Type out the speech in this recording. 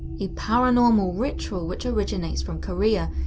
a paranormal ritual which originates from korea,